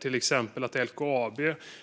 Till exempel